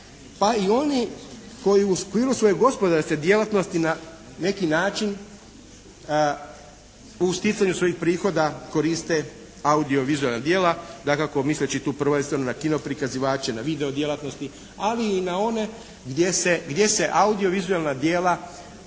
pa i oni koji u okviru svoje gospodarske djelatnosti na neki način u sticanju svojih prihoda koriste audio-vizualna djela dakako misleći tu prvenstveno na kino prikazivače, na video djelatnosti ali i na one gdje se audio-vizualna djela